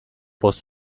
poz